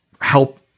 help